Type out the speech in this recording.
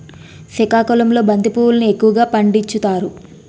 సికాకుళంలో బంతి పువ్వులును ఎక్కువగా పండించుతారు